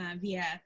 via